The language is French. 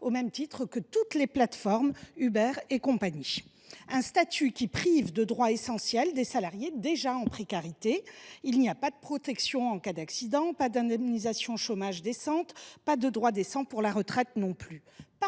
au même titre que toutes les plateformes Uber et compagnie. Or ce statut prive de droits essentiels des salariés déjà en précarité. Il n’y a pas de protection en cas d’accident, pas d’indemnisation chômage décente ni de droits décents pour la retraite.